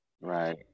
Right